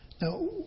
Now